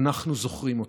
אנחנו זוכרים אותם,